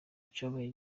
kibaye